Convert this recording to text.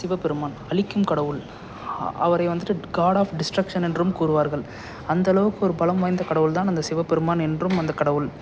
சிவபெருமான் அழிக்கும் கடவுள் அவரை வந்துட்டு காட் ஆஃப் டிஸ்ட்ரக்ஷன் என்றும் கூறுவார்கள் அந்தளவுக்கு ஒரு பலம் வாய்ந்த கடவுள் தான் அந்த சிவபெருமான் என்றும் அந்த கடவுள்